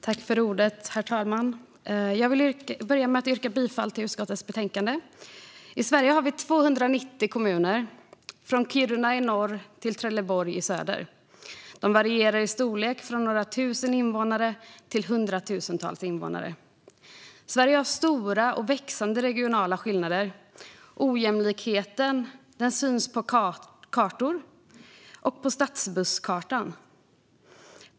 Herr talman! Jag vill börja med att yrka bifall till utskottets förslag i betänkandet. I Sverige har vi 290 kommuner, från Kiruna i norr till Trelleborg i söder. De varierar i storlek från några tusen invånare till hundratusentals invånare. Sverige har stora och växande regionala skillnader. Ojämlikheten syns på kartor, till exempel på stadsbusskartan.